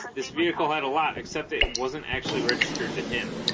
this vehicle had a lot except it wasn't actually registered to him